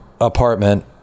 apartment